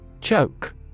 Choke